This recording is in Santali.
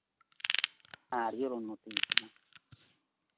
ᱟᱹᱰᱤ ᱡᱳᱨ ᱩᱱᱱᱚᱛᱤᱭ ᱠᱟᱱᱟ